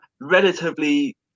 relatively